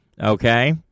Okay